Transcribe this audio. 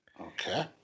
Okay